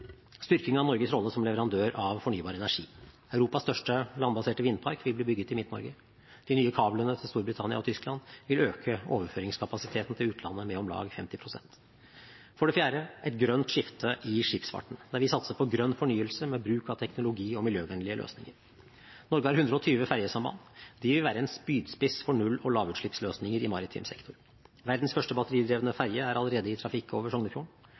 styrking av Norges rolle som leverandør av fornybar energi. Europas største landbaserte vindpark vil bli bygget i Midt-Norge. De nye kablene til Storbritannia og Tyskland vil øke overføringskapasiteten til utlandet med om lag 50 pst. For det fjerde, et grønt skifte i skipsfarten, der vi satser på grønn fornyelse med bruk av teknologi og miljøvennlige løsninger. Norge har 120 fergesamband. De vil være en spydspiss for null- og lavutslippsløsninger i maritim sektor. Verdens første batteridrevne ferge er allerede i trafikk over Sognefjorden.